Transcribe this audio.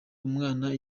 umwana